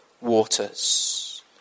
waters